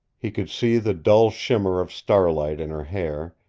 he could see the dull shimmer of starlight in her hair,